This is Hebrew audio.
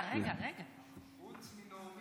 חוץ מנעמי.